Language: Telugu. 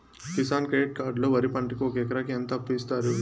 కిసాన్ క్రెడిట్ కార్డు లో వరి పంటకి ఒక ఎకరాకి ఎంత అప్పు ఇస్తారు?